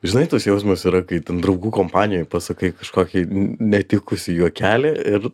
žinai tas jausmas yra kai ten draugų kompanijoj pasakai kažkokį n netikusį juokelį ir